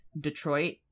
Detroit